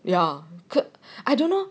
ya I don't know